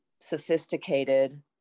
sophisticated